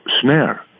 snare